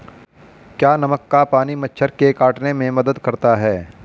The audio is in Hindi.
क्या नमक का पानी मच्छर के काटने में मदद करता है?